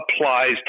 applies